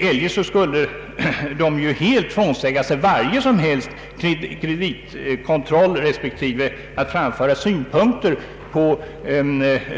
Eljest skulle den helt frånsäga sig varje som helst kreditkontroll respektive sin rätt att framföra synpunkter på